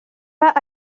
pas